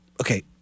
okay